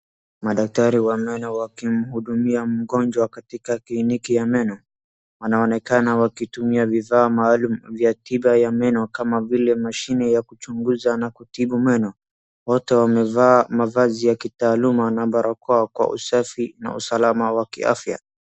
Madaktari wa meno wakimhudumia mgonjwa katika kliniki ya meno. Wanaonekana wakitumia vifaa maalum vya tiba ya meno kama vile mashini ya kuchunguza na kutibu meno. Wote wamevaa mavazi ya kitaaluma na barakoa kwa usafi na usalama wa kiafya.